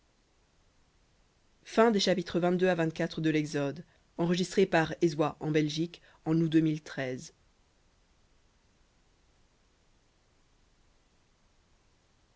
placeras en deux